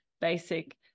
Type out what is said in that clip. basic